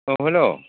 अ हेल'